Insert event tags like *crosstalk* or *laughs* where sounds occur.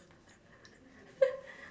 *laughs*